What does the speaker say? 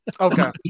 Okay